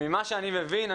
ממה שאני מבין,